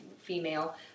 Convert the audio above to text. female